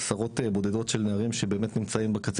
עשרות בודדות של נערים שבאמת נמצאים בקצה